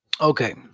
Okay